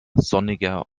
sonniger